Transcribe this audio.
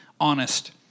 honest